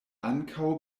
ankaŭ